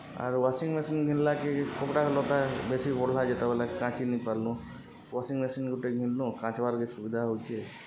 ଆରୁ washing machine ଘିନ୍ଲାକେ କପ୍ଡ଼ାଲତା ବେଶୀ ବଢ଼୍ଲା ଯେତେବେଲେ କାଚିନିପାର୍ଲୁ ୱାସିଂ ମେସିନ୍ ଗୁଟେ ଘିନ୍ଲୁ କାଚ୍ବାର୍ର୍କେ ସୁବିଧା ହଉଚେ